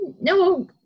no